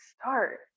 start